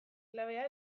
klabea